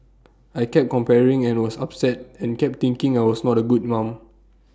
I kept comparing and was upset and kept thinking I was not A good mum